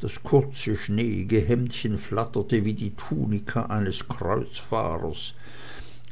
das kurze schneeige hemdchen flatterte wie die tunika eines kreuzfahrers